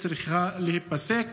צריכה להיפסק.